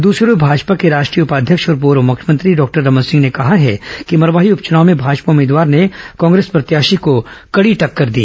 दूसरी ओर भाजपा के राष्ट्रीय उपाध्यक्ष और पूर्व मुख्यमंत्री डॉक्टर रमन सिंह ने कहा है कि मरवाही उपचुनाव में भाजपा उम्मीदवार ने कांग्रेस प्रत्याशी को कड़ी टक्कर दी